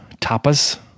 tapas